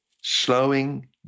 Slowing